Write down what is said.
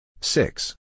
Six